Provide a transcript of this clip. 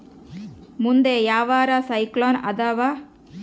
ಮುಂದೆ ಯಾವರ ಸೈಕ್ಲೋನ್ ಅದಾವ?